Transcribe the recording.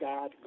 God